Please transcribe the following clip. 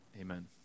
Amen